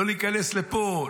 לא להיכנס לפה,